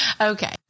Okay